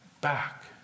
Back